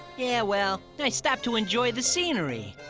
yeah, well, i stopped to enjoy the scenery.